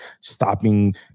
stopping